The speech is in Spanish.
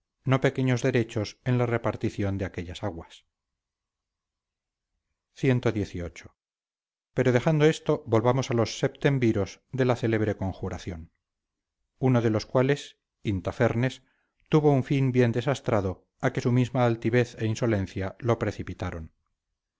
no pequeños derechos en la repartición de aquellas aguas cxviii pero dejando esto volvamos a los septemviros de la célebre conjuración uno de los cuales intafernes tuvo un fin bien desastrado a que su misma altivez e insolencia lo precipitaron